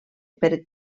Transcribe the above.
per